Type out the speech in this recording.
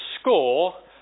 score